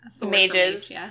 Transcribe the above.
mages